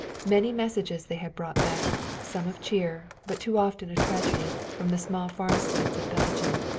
many messages they had brought back, some of cheer, but too often of tragedy, from the small farmsteads of belgium.